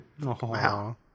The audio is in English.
Wow